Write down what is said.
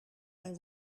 mijn